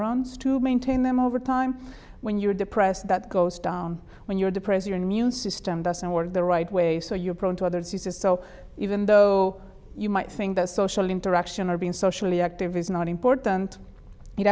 ons to maintain them over time when you're depressed that goes down when you're depressed your immune system doesn't work the right way so you're prone to other diseases so even though you might think that social interaction or being socially active is not important